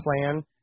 Plan